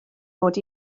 mod